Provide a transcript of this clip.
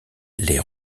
les